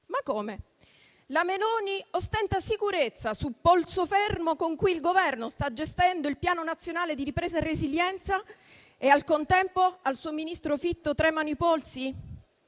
Ma come, la Meloni ostenta sicurezza sul polso fermo con cui il Governo sta gestendo il Piano nazionale di ripresa e resilienza e, al contempo, al suo ministro Fitto tremano i polsi?